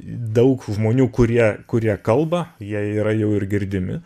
daug žmonių kurie kurie kalba jie yra jau ir girdimi